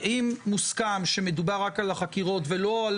האם מוסכם שמדובר רק על החקירות ולא על